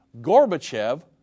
Gorbachev